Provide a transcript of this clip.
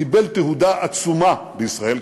קיבל תהודה עצומה בישראל,